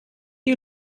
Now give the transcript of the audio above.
die